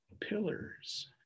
Pillars